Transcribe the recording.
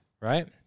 Right